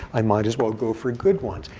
i might as well go for good ones.